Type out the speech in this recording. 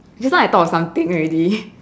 just now I thought of something already